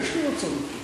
יש לי רצון לחוקק,